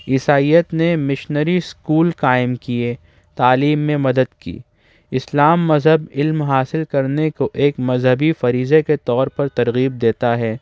عیسائیت نے missionary school قائم کئے تعلیم میں مدد کی اسلام مذہب علم حاصل کرنے کو ایک مذہبی فریضے کے طور پر ترغیب دیتا ہے